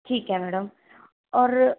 ਠੀਕ ਹੈ ਮੈਡਮ ਔਰ